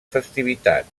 festivitat